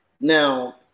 Now